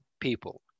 people